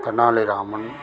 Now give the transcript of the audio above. Tenali Raman